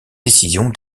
décisions